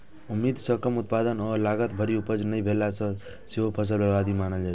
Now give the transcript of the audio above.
उम्मीद सं कम उत्पादन आ लागत भरि उपज नहि भेला कें सेहो फसल बर्बादी मानल जाइ छै